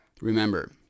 Remember